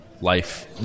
life